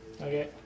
Okay